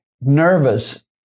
nervous